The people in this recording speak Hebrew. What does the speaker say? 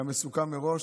כמסוכם מראש.